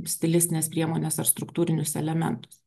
stilistines priemones ar struktūrinius elementus